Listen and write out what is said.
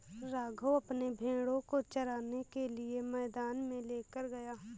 राघव अपने भेड़ों को चराने के लिए मैदान में लेकर गया है